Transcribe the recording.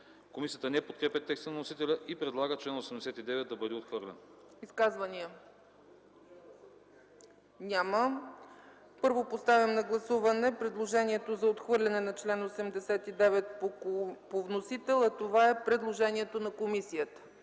Комисията не подкрепя текста на вносителя и предлага чл. 89 да бъде отхвърлен. ПРЕДСЕДАТЕЛ ЦЕЦКА ЦАЧЕВА: Изказвания? Няма. Първо, поставям на гласуване предложението за отхвърляне на чл. 89 по вносител, а това е предложението на комисията.